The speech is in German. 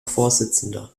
vorsitzender